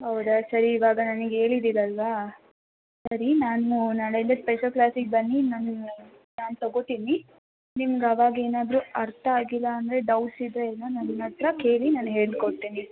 ಹೌದಾ ಸರಿ ಇವಾಗ ನನಗ್ ಹೇಳಿದಿರಲ್ಲವಾ ಸರಿ ನಾನು ನಾಳೆಯಿಂದ ಸ್ಪೆಷಲ್ ಕ್ಲಾಸಿಗೆ ಬನ್ನಿ ನಾನು ನಾನು ತಗೋತೀನಿ ನಿಮ್ಗೆ ಅವಾಗ ಏನಾದರೂ ಅರ್ಥ ಆಗಿಲ್ಲ ಅಂದರೆ ಡೌಟ್ಸ್ ಇದ್ದರೆ ನನ್ನ ಹತ್ತಿರ ಕೇಳಿ ನಾನು ಹೇಳಿಕೊಡ್ತೀನಿ